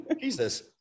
Jesus